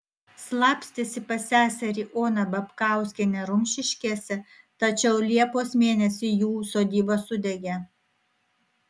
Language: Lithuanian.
slapstėsi pas seserį oną babkauskienę rumšiškėse tačiau liepos mėnesį jų sodyba sudegė